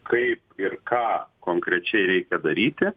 kaip ir ką konkrečiai reikia daryti